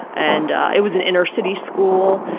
and it was an inner city school.